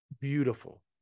beautiful